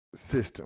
system